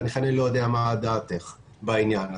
ולכן אני לא יודע מה דעתך בעניין הזה.